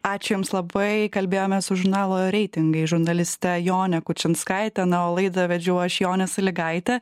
ačiū jums labai kalbėjomės su žurnalo reitingai žurnaliste jone kučinskaite na o laidą vedžiau aš jonė sąlygaitė